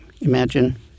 Imagine